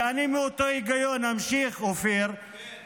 ואני מאותו היגיון אמשיך, אופיר, כן.